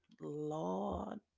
Lord